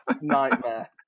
Nightmare